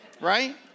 right